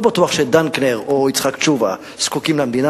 לא בטוח שדנקנר או יצחק תשובה זקוקים למדינה.